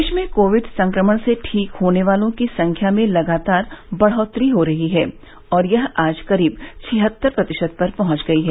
देश में कोविड संक्रमण से ठीक होने वालों की संख्या में लगातार बढ़ोतरी हो रही है और यह करीब छिहत्तर प्रतिशत पर पहुंच गई है